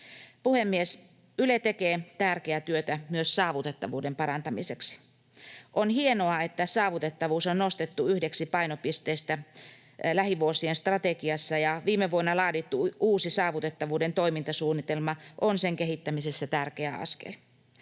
Puhemies! Yle tekee tärkeää työtä myös saavutettavuuden parantamiseksi. On hienoa, että saavutettavuus on nostettu yhdeksi painopisteistä lähivuosien strategiassa, ja viime vuonna laadittu uusi saavutettavuuden toimintasuunnitelma on sen kehittämisessä tärkeä askel.